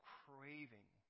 craving